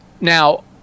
Now